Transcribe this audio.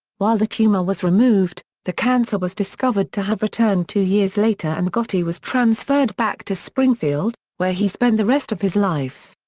while the tumor was removed, the cancer was discovered to have returned two years later and gotti was transferred back to springfield, where he spent the rest of his life.